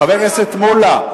חבר הכנסת מולה.